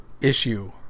issue